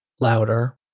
louder